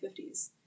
1950s